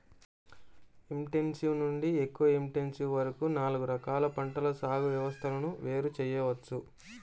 intensive నుండి ఎక్కువ intensive వరకు నాలుగు రకాల పంటల సాగు వ్యవస్థలను వేరు చేయవచ్చు